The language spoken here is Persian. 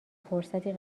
فرصتی